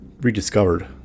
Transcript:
rediscovered